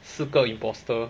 四个 imposter